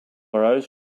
arose